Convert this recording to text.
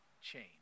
change